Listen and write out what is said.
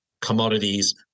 commodities